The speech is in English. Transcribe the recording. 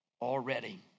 already